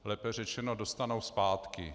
Lépe řečeno dostanou zpátky.